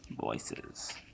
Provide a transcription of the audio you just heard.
voices